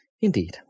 indeed